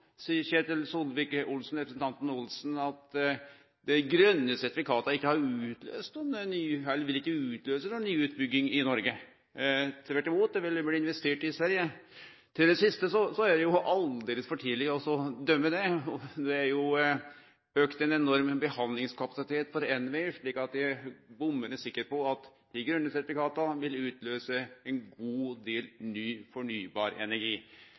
seier representanten Ketil Solvik-Olsen at dei grøne sertifikata ikkje har utløyst eller vil utløyse ei ny utbygging i Noreg. Tvert imot vil det bli investert i Sverige. Til det siste: Det er jo aldeles for tidleg å dømme det. Det er ein enorm auke i behandlingskapasitet for NVE, slik at eg er bombesikker på at dei grøne sertifikata vil utløyse ein god del ny fornybar energi